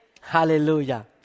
Hallelujah